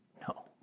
No